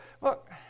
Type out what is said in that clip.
look